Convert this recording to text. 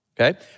Okay